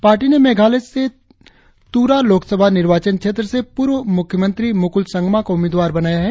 party ने मेघालय में तूरा लोकसभा निर्वाचन क्षेत्र से पूर्व मुख्यमंत्री मूकुल संगमा को उम्मीदवार बनाया है